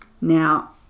now